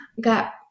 got